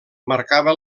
marcava